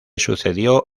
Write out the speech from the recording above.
sucedió